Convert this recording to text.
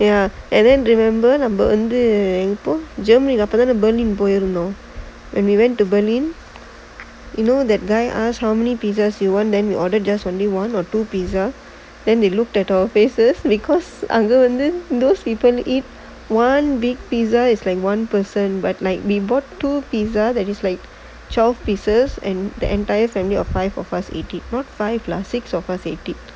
ya and then remember நம்ம வந்து எப்போ:namma vanthu eppo germany அப்போ தான:appo thaana berlin போய் இருந்தோம்:poi irunthom when we went to berlin you know that guy ask how many pizza we want then we just order one or two pizza and then they look at us because அங்க வந்து:anga vanthu those people order and eat one big pizza is like one person but like be bought two pizza that is like twelfth pieces and the entire family of five of us eat not five lah six of it